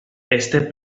este